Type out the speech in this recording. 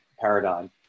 paradigm